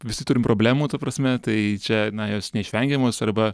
visi turim problemų ta prasme tai čia na jos neišvengiamos arba